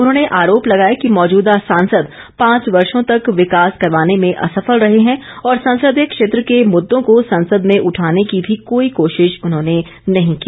उन्होंने आरोप लगाया है कि मौजूदा सांसद पांच वर्षो तक विकास करवाने में असफल रहे हैं और संसदीय क्षेत्र के मुददों को संसद में उठाने की भी कोई कोशिश उन्होंने नहीं की